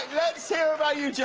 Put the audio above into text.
let's hear about you,